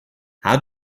how